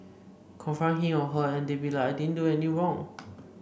confront him or her and they be like I didn't do anything wrong